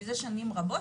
מזה שנים רבות,